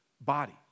body